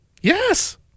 Yes